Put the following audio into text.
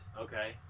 Okay